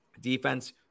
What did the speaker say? Defense